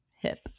hip